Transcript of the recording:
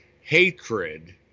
hatred